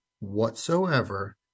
whatsoever